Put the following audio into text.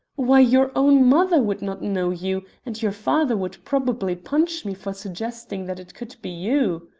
why, your own mother would not know you, and your father would probably punch me for suggesting that it could be you.